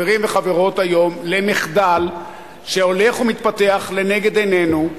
חברים וחברות, למחדל שהולך ומתפתח לנגד עינינו,